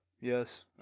Yes